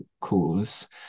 cause